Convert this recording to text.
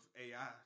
AI